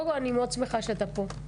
קודם כל אני מאוד שמחה שאתה פה,